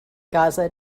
gaza